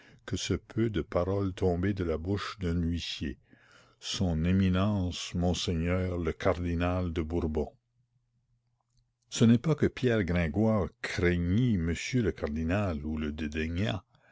que ce peu de paroles tombées de la bouche d'un huissier son éminence monseigneur le cardinal de bourbon ce n'est pas que pierre gringoire craignît monsieur le cardinal ou le dédaignât